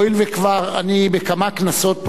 הואיל ואני כאן כבר בכמה כנסות,